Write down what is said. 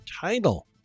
title